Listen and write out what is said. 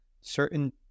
certain